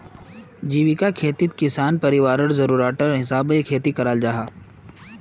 जीविका खेतित किसान परिवारर ज़रूराटर हिसाबे खेती कराल जाहा